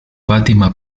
fátima